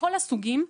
מכל הסוגים,